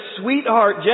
sweetheart